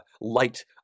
light